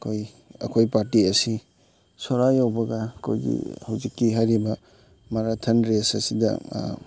ꯑꯩꯈꯣꯏ ꯑꯩꯈꯣꯏ ꯄꯥꯔꯇꯤ ꯑꯁꯤ ꯁꯣꯔꯥ ꯌꯧꯕꯒ ꯑꯩꯈꯣꯏꯒꯤ ꯍꯧꯖꯤꯛꯀꯤ ꯍꯥꯏꯔꯤꯕ ꯃꯥꯔꯥꯊꯟ ꯔꯦꯁ ꯑꯗꯤꯁ